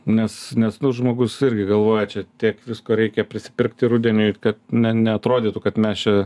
nes nes žmogus irgi galvoja čia tiek visko reikia prisipirkti rudeniui kad ne neatrodytų kad mes čia